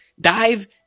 dive